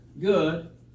good